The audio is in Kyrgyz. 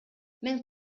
мен